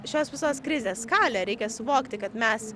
šios visos krizės skalę reikia suvokti kad mes